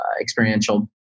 experiential